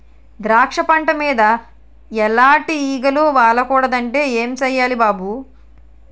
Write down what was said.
ద్రాక్ష పంట మీద ఎలాటి ఈగలు వాలకూడదంటే ఏం సెయ్యాలి బాబూ?